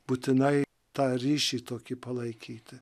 būtinai tą ryšį tokį palaikyti